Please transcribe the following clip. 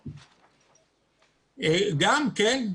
כן,